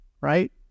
right